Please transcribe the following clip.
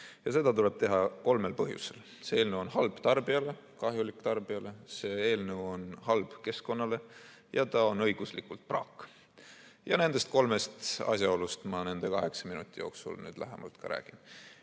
Ja seda tuleb teha kolmel põhjusel. See eelnõu on halb tarbijale, kahjulik tarbijale, see eelnõu on halb keskkonnale ja ta on õiguslikult praak. Ja nendest kolmest asjaolust ma nende kaheksa minuti jooksul lähemalt räägin. Esiteks